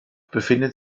befindet